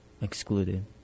excluded